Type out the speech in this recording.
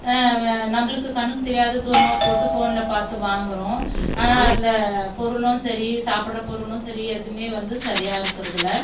வே நம்மளுக்கு கண்ணுக்கு தெரியாத தூரமாக போட்டு ஃபோன்ல பார்த்து வாங்குறோம் ஆனால் அதில் பொருளும் சரி சாப்பிட்ற பொருளும் சரி எதுவுமே வந்து சரியாக இருக்கிறது இல்லை